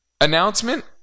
announcement